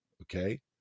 okay